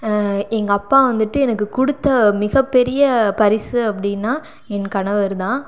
எங்கள் அப்பா வந்துவிட்டு எனக்கு கொடுத்த மிகப்பெரிய பரிசு அப்படின்னா என் கணவர் தான்